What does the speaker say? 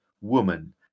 woman